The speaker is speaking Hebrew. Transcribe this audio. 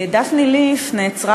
דפני ליף נעצרה,